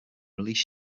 release